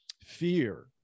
Fear